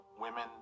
women